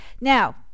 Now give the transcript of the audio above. Now